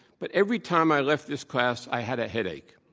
but every time i left this class, i had a headache.